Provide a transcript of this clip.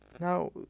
now